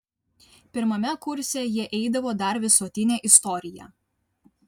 pirmame kurse jie eidavo dar visuotinę istoriją